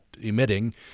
emitting